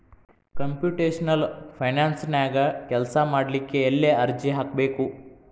Computational ಫೈನಾನ್ಸನ್ಯಾಗ ಕೆಲ್ಸಾಮಾಡ್ಲಿಕ್ಕೆ ಎಲ್ಲೆ ಅರ್ಜಿ ಹಾಕ್ಬೇಕು?